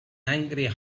angry